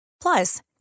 Plus